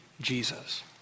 Jesus